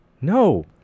No